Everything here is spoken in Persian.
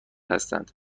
هستند